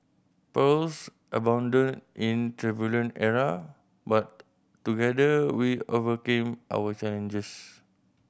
perils abounded in turbulent era but together we overcame our challenges